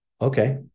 Okay